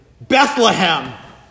Bethlehem